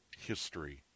history